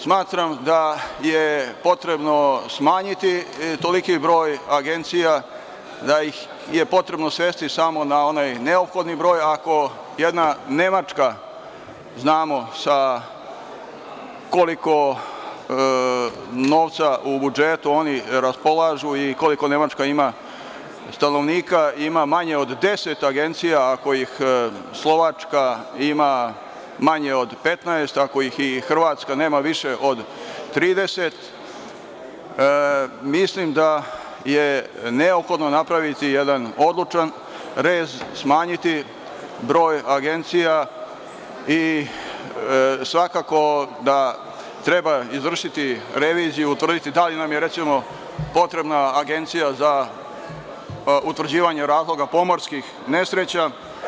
Smatram da je potrebno smanjiti toliki broj agencija, da ih je potrebno svesti samo na onaj neophodni broj, ako jedna Nemačka, znamo sa koliko novca u budžetu oni raspolažu i koliko Nemačka ima stanovnika, ima manje od 10 agencija, ako ih Slovačka ima manje od 15, ako ih i Hrvatska nema više od 30, mislim da je neophodno napraviti jedan odlučan rez, smanjiti broj agencija i svakako da treba izvršiti reviziju, utvrditi da li nam je, recimo, potrebna Agencija za utvrđivanje razloga pomorskih nesreća.